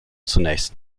zunächst